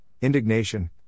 indignation